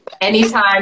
anytime